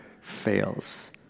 fails